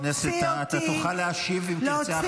חבר הכנסת טאהא, אתה תוכל להשיב, אם תרצה, אחר כך.